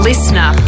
Listener